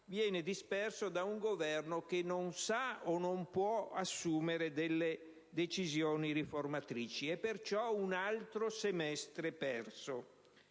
viene disperso da un Governo che non sa o non può assumere delle decisioni riformatrici. È perciò un altro semestre perso: